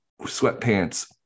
sweatpants